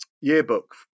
yearbook